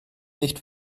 nicht